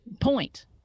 point